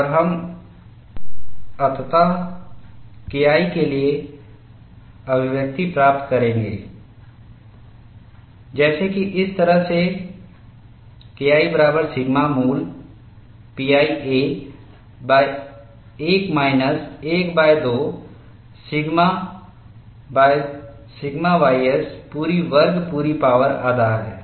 और हम अंततः KI के लिए अभिव्यक्ति प्राप्त करेंगे जैसे कि इस तरह सेKI बराबर सिग्मा मूल pi a 1 minus 12 sigma sigma ys पूरी वर्ग पूरी पावर आधा हैं